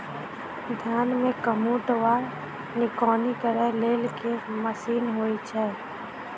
धान मे कमोट वा निकौनी करै लेल केँ मशीन होइ छै?